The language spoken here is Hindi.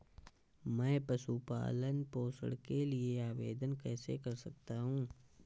मैं पशु पालन पोषण के लिए आवेदन कैसे कर सकता हूँ?